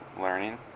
learning